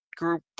group